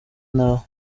ntaho